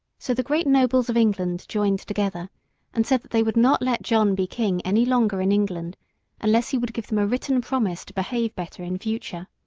so the great nobles of england joined together and said that they would not let john be king any longer in england unless he would give them a written promise to behave better in future.